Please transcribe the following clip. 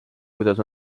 kuidas